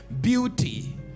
beauty